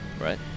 Right